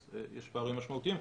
אז יש פערים משמעותיים.